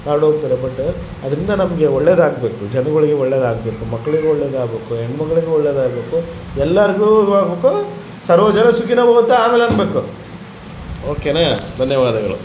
ತಗೋಂಡ್ ಹೋಗ್ತಾರೆ ಬಟ್ ಅದರಿಂದ ನಮಗೆ ಒಳ್ಳೇದಾಗಬೇಕು ಜನ್ಗಳಿಗೆ ಒಳ್ಳೇದಾಗಬೇಕು ಮಕ್ಕಳಿಗು ಒಳ್ಳೇದಾಗಬೇಕು ಹೆಣ್ಣು ಮಗಳಿಗು ಒಳ್ಳೇದಾಗಬೇಕು ಎಲ್ಲಾರಿಗು ಆಗ್ಬೇಕು ಸರ್ವ ಜನ ಸುಖಿನೊ ಭವಂಥ ಆಮೇಲೆ ಅನ್ಬೇಕು ಓಕೆ ನಾ ಧನ್ಯವಾದಗಳು